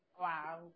Wow